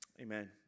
Amen